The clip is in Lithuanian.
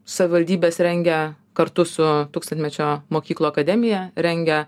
savaldybės rengia kartu su tūkstantmečio mokyklų akademija rengia